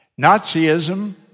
Nazism